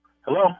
Hello